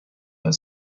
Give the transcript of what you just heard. but